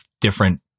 different